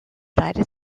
united